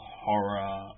horror